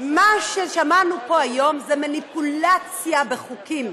מה ששמענו פה היום זה מניפולציה בחוקים.